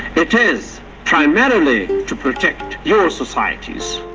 it is primarily to protect your societies.